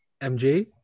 MJ